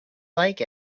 like